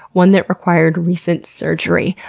one that required recent surgery.